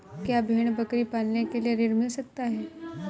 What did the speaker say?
क्या भेड़ बकरी पालने के लिए ऋण मिल सकता है?